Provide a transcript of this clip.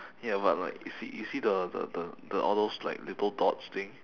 ya but like you see you see the the the the all those like little dots thing